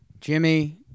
Jimmy